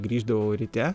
grįždavau ryte